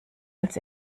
als